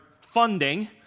funding